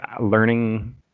learning